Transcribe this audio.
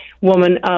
woman